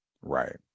Right